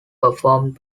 performed